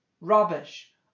rubbish